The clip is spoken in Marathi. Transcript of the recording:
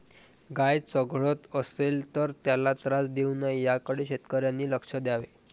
गाय चघळत असेल तर त्याला त्रास देऊ नये याकडे शेतकऱ्यांनी लक्ष द्यावे